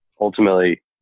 ultimately